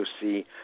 see